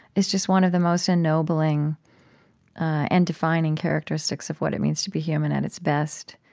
is just one of the most ennobling and defining characteristics of what it means to be human, at its best.